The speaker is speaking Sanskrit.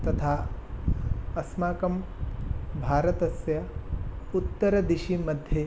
तथा अस्माकं भारतस्य उत्तरदिशि मध्ये